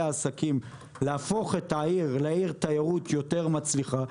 עסקים להפוך את העיר לעיר תיירות יותר מצליחה,